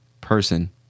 person